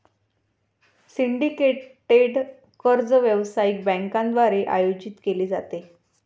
syndicated कर्ज व्यावसायिक बँकांद्वारे आयोजित केले जाते